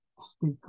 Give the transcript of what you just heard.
speak